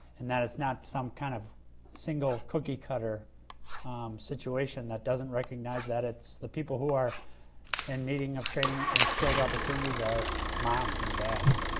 and that it's not some kind of single cookie cutter situation that doesn't recognize that it's the people who are in and needing of training and skills, opportunities are moms and dads.